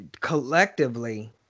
collectively